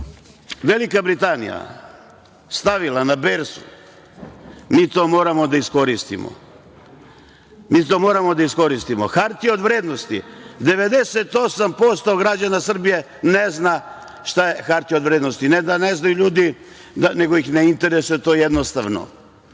Velika Britanija stavila na berzu, mi to moramo da iskoristimo. Hartije od vrednosti, 98% građana Srbije ne zna šta su hartije od vrednosti. Ne da ne znaju ljudi nego ih to jednostavno